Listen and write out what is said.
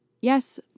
Yes